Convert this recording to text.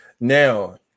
Now